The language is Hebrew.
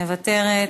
מוותרת.